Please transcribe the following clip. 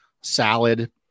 salad